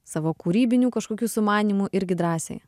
savo kūrybinių kažkokių sumanymų irgi drąsiai